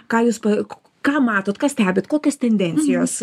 ką jūs pa ką matot ką stebit kokios tendencijos